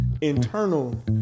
internal